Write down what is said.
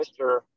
Mr